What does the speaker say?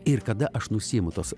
ir kada aš nusiimu tuos